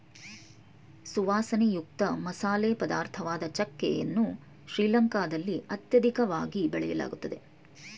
ಸುವಾಸನೆಯುಕ್ತ ಮಸಾಲೆ ಪದಾರ್ಥವಾದ ಚಕ್ಕೆ ಯನ್ನು ಶ್ರೀಲಂಕಾದಲ್ಲಿ ಅತ್ಯಧಿಕವಾಗಿ ಬೆಳೆಯಲಾಗ್ತದೆ